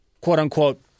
quote-unquote